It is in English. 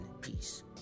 Peace